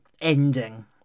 ending